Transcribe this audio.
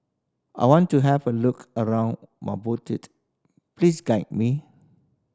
I want to have a look around Maputo please guide me